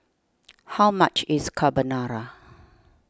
how much is Carbonara